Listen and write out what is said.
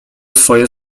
swoje